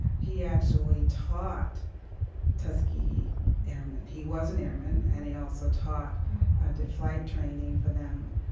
he actually taught tuskegee airmen. he was an airman, and he also taught did flight training for them.